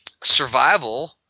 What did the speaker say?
survival